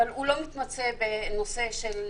אבל הוא לא מתמצא בנושא של